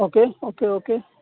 okay okay okay